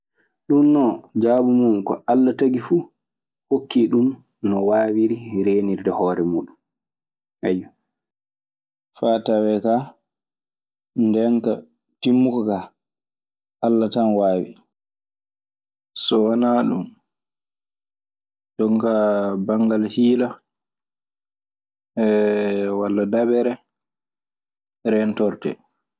Ɗun non jaabi mun ko Alla tagi fuu hokkii ɗun no waawiri reenirde hoore muuɗun. faa tawee kaa ndeenka timmuka kaa Alla tan waawi. So wanaa ɗun jonkaa banngal hiila walla dabere reentortee.